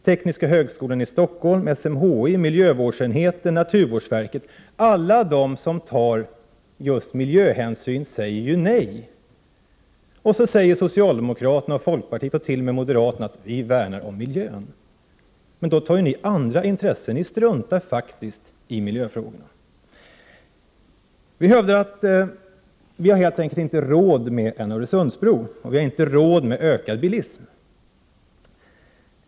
Tekniska högskolan i Stockholm, SMHI, miljövårdsenheten, naturvårdsverket, ja, alla som tar miljöhänsyn säger nej. Ändå säger socialdemokraterna, folkpartiet och t.o.m. moderaterna: Vi värnar om miljön. Men då tar ni ställning för andra intressen. Ni struntar faktiskt i miljöfrågorna. Vi hävdar att vi helt enkelt inte har råd med en Öresundsbro. Vi har inte råd med ökad bilism.